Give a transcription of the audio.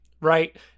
right